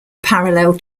parallel